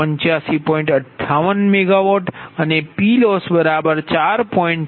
54 MW છે